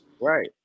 Right